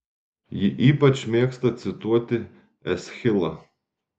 ji ypač mėgsta cituoti eschilą